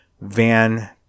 Van